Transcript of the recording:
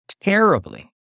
terribly